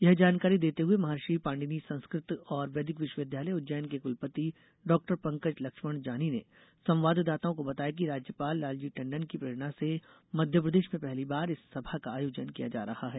यह जानकारी देते हुए महर्षि पाणिनि संस्कृत और वैदिक विश्वविद्यालय उज्जैन के कुलपति डाक्टर पंकज लक्ष्मण जानी ने संवाददाताओं को बताया कि राज्यपाल लालजी टंडन की प्रेरणा से मध्यप्रदेश में पहली बार इस सभा का आयोजन किया जा रहा है